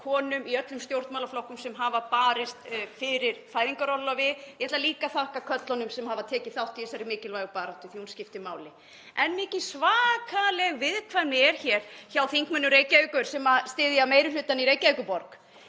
konum í öllum stjórnmálaflokkum sem hafa barist fyrir fæðingarorlofi og ég ætla líka að þakka körlunum sem hafa tekið þátt í þessari mikilvægu baráttu, því að hún skiptir máli. En mikið svakaleg viðkvæmni er hér hjá þingmönnum Reykjavíkur sem styðja meiri hlutann í Reykjavíkurborg.